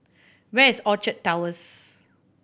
where is Orchard Towers